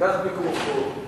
קח מיקרופון,